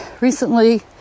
recently